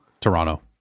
Toronto